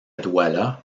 douala